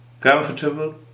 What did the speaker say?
Comfortable